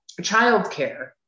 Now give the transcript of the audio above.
Childcare